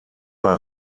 bei